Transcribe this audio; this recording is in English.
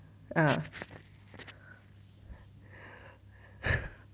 ah